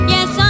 Yes